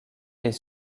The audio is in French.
est